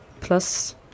plus